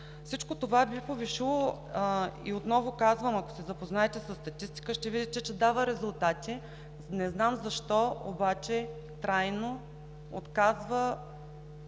Всичко това би повишило и, отново казвам, ако се запознаете със статистиката, ще видите, че дава резултати. Не знам защо обаче трайно отказвате